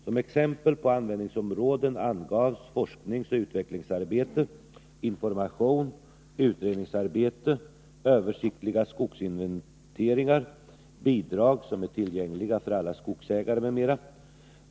Som exempel på användningsområden angavs forskningsoch utvecklingsarbete, information, utredningsarbete, översiktliga skogsinventeringar, bidrag som är tillgängliga för alla skogsägare m.m.